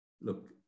Look